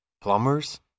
Plumbers